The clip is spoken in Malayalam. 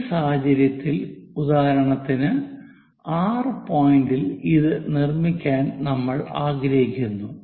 ഈ സാഹചര്യത്തിൽ ഉദാഹരണത്തിന് R പോയിന്റിൽ ഇത് നിർമ്മിക്കാൻ നമ്മൾ ആഗ്രഹിക്കുന്നു